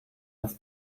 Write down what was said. das